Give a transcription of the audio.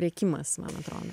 rėkimas man atrodo